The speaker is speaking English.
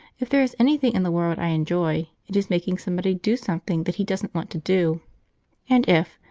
if there is anything in the world i enjoy, it is making somebody do something that he doesn't want to do and if,